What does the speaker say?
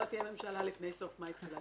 לא תהיה ממשלה לפני סוף מאי, תחילת יוני.